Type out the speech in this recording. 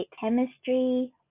chemistry